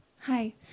Hi